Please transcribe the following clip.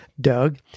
Doug